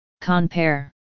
Compare